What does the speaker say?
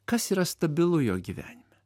kas yra stabilu jo gyvenime